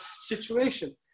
situation